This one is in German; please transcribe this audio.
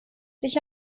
sich